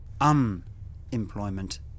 Unemployment